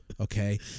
Okay